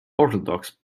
orthodox